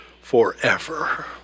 forever